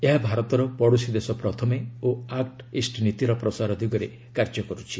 ଏହା ଭାରତର 'ପଡ଼ୋଶୀ ଦେଶ ପ୍ରଥମେ' ଓ ଆକୁ ଇଷ୍ଟ ନୀତିର ପ୍ରସାର ଦିଗରେ କାର୍ଯ୍ୟ କରୁଛି